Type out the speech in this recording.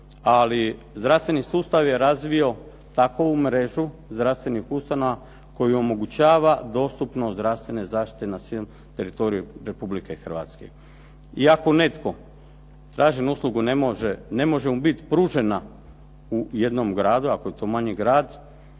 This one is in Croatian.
ali zdravstveni sustav je razvio takovu mrežu zdravstvenih ustanova koja omogućava zdravstvene zaštite na svem teritoriju Republike Hrvatske. I ako netko traži uslugu ne može mu bit pružena u jednom gradu, ako je to manji grad,